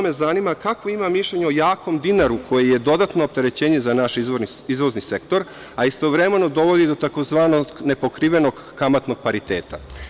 me zanima – kakvo ima mišljenje o jakom dinaru, koji je dodatno opterećenje za naš izvozni sektor, a istovremeno dovodi do tzv. nepokrivenog kamatnog pariteta?